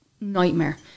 nightmare